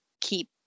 keep